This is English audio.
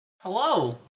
hello